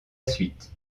suite